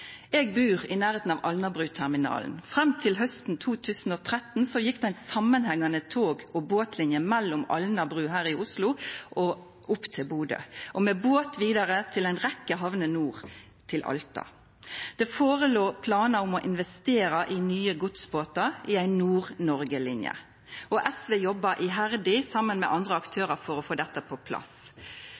Eg bur i nærleiken av Alnabru-terminalen. Fram til hausten 2013 gjekk det ei samanhengande tog- og båtline mellom Alnabru her i Oslo og opp til Bodø og med båt vidare til ei rekkje hamner nordover til Alta. Det låg føre planar om å investera i nye godsbåtar i ei Nord-Noreg-line. SV jobba iherdig saman med andre aktørar for å få dette på plass.